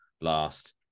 last